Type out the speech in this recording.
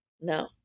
no